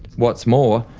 what's more,